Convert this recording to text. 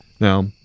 Now